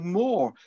more